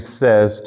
says